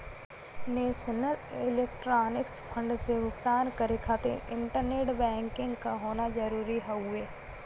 national electronics fund से भुगतान करे खातिर इंटरनेट बैंकिंग क होना जरुरी हउवे